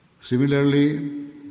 Similarly